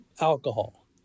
alcohol